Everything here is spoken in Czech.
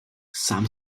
sám